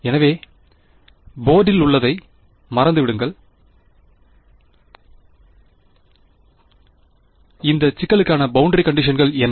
எனவே போர்டில் உள்ளதை மறந்துவிடுகின்றன இந்த சிக்கலுக்கான பௌண்டரி கண்டிஷன்கல் என்ன